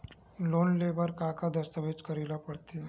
Loan ले बर का का दस्तावेज करेला पड़थे?